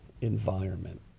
environment